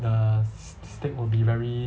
the st~ steak will be very